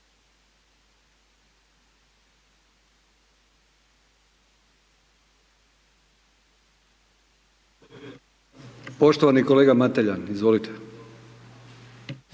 Odgovor, kolega Mateljan, izvolite.